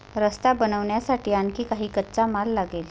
रस्ता बनवण्यासाठी आणखी काही कच्चा माल लागेल